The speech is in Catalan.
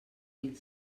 mil